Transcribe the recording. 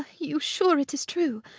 you sure it is true?